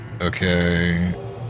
Okay